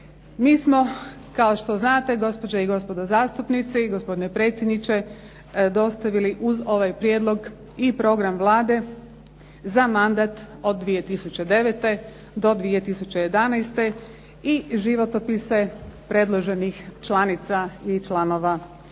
Mi smo kao što znate gospođe i gospodo zastupnici, gospodine predsjedniče dostavili uz ovaj prijedlog i program Vlade za mandat od 2009. do 2011. i životopise predloženih članica i članova Vlade